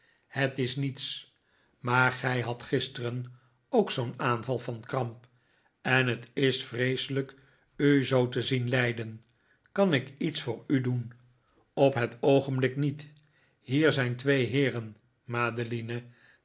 het is niets maar gij hadt gisteren ook zoo'n aanval van kramp en het is vreeselijk u zoo te zien lijden kan ik iets voor u doen op het oogenblik niet hier zijn twee heeren madeline